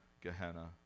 Gehenna